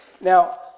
Now